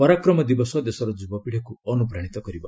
ପରାକ୍ରମ ଦିବସ ଦେଶର ଯୁବପିଢ଼ିକୁ ଅନୁପ୍ରାଣିତ କରିବ